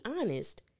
honest